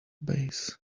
base